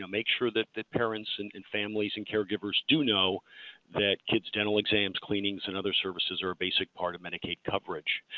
make sure that that parents and and families and caregivers do know that kids' dental exams, cleanings and other services are a basic part of medicaid coverage.